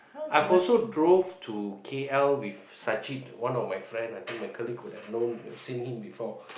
I've also drove to K_L with Sachit one of my friend I think my colleague would have know seen him before